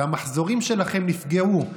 והמחזורים שלכם נפגעו,